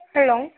hello